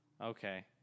Okay